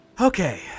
okay